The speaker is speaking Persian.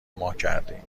ماکردیم